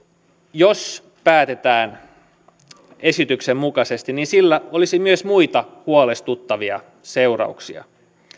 jos päätetään esityksen mukaisesti niin sillä olisi myös muita huolestuttavia seurauksia